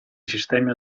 sistemi